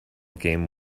game